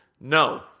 No